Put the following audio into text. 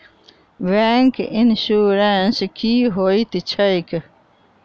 Bank insurance की होइत छैक?